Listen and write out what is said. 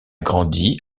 grandi